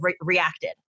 reacted